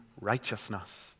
righteousness